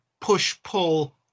push-pull